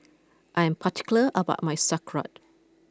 I am particular about my Sauerkraut